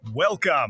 Welcome